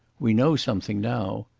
we know something now.